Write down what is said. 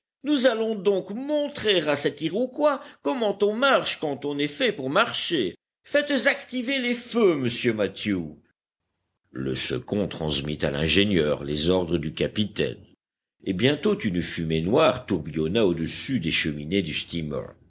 nous allons donc montrer à cet iroquois comment on marche quand on est fait pour marcher faites activer les feux monsieur mathew le second transmit à l'ingénieur les ordres du capitaine et bientôt une fumée noire tourbillonna au-dessus des cheminées du